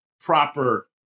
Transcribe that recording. proper